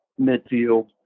midfield